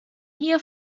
hier